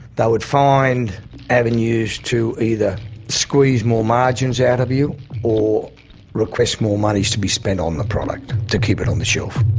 would find avenues to either squeeze more margins out of you or request more money to be spent on the product to keep it on the shelf.